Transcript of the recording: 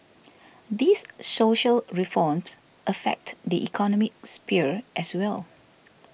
these social reforms affect the economic sphere as well